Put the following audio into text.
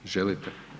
Želite?